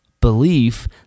Belief